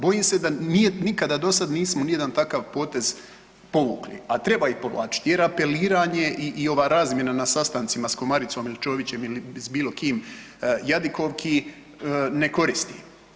Bojim se da nije nikada dosada ni jedan takav potez povukli, a treba ih povlačiti jer apeliranje i ova razmjena na sastancima s Komaricom ili Čovićem ili s bilo kim jadikovki, ne koristi.